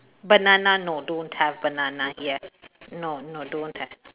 banana no don't have banana here no no don't have